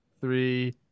three